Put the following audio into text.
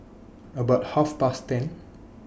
about Half Past ten